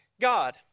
God